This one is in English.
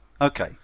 Okay